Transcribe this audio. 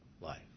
life